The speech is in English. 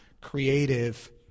Creative